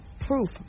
proof